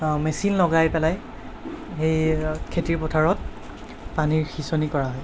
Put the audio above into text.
machine লগাই পেলাই সেই খেতিৰ পথাৰত পানীৰ সিচনি কৰা হয়